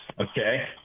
okay